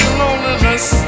loneliness